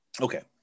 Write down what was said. Okay